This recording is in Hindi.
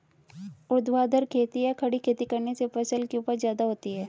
ऊर्ध्वाधर खेती या खड़ी खेती करने से फसल की उपज ज्यादा होती है